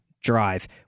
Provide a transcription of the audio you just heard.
drive